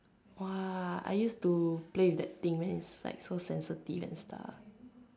!wah! I used to play with that thing then it's like so sensitive and stuff